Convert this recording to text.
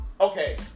Okay